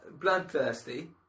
bloodthirsty